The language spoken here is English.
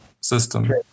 system